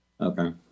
Okay